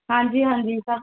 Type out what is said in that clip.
ਹਾਂਜੀ ਹਾਂਜੀ ਸਭ